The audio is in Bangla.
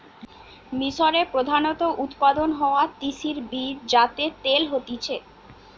মিশরে প্রধানত উৎপাদন হওয়া তিসির বীজ যাতে তেল হতিছে